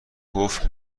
گفت